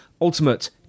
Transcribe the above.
ultimate